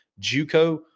JUCO